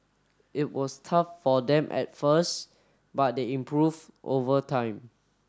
it was tough for them at first but they improved over time